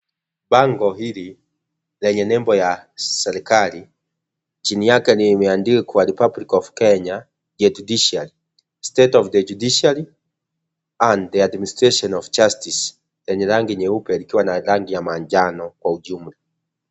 Bango hili lenye nembo ya serikali chini yake imeandikwa republic of Kenya, the Judiciary, state of the Judiciary and the administration of justice yenye rangi nyeupe ikiwa na rangi ya manjano kwa jumla.